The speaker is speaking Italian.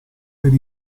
per